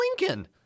Lincoln